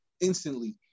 instantly